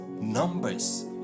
numbers